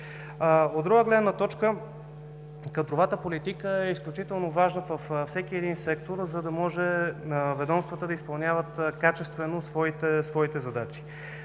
От друга гледна точка, кадровата политика е изключително важна във всеки един сектор, за да може ведомствата да изпълняват качествено своите задачи.